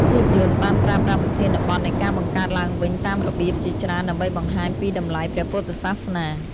ភាពយន្តបានប្រើប្រាស់ប្រធានបទនៃការបង្កើតឡើងវិញតាមរបៀបជាច្រើនដើម្បីបង្ហាញពីតម្លៃព្រះពុទ្ធសាសនា។